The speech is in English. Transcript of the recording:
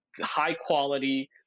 high-quality